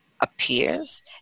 appears